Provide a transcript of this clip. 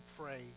pray